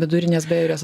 vidurinės bajorijos